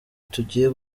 tugiye